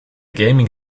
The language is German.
gaming